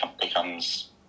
becomes